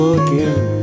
again